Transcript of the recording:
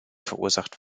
verursacht